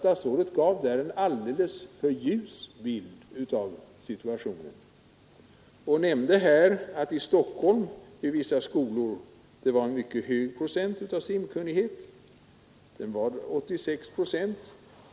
Statsrådet gav nämligen där en alldeles för ljus bild av situationen. Statsrådet nämnde att i vissa skolor i Stockholm en mycket stor andel av eleverna — 86 procent — är simkunniga.